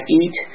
eat